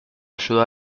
ayuda